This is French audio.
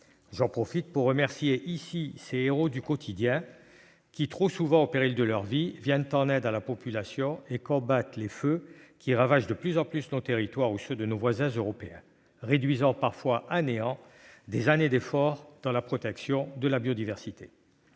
J'en profite pour remercier ici ces héros du quotidien qui, trop souvent au péril de leur vie, viennent en aide à la population et combattent les feux qui ravagent de plus en plus nos territoires ou ceux de nos voisins européens, réduisant parfois à néant des années d'efforts de protection de la biodiversité.